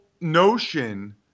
notion